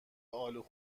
الو